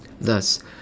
Thus